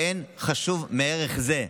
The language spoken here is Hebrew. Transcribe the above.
ואין חשוב מערך זה.